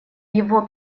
его